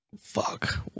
fuck